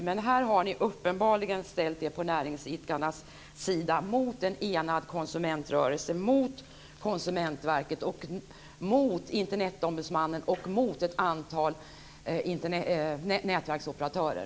Men här har ni uppenbarligen ställt er på näringsidkarnas sida mot en enad konsumentrörelse, mot Konsumentverket, mot Internetombudsmannen och mot ett antal nätverksoperatörer.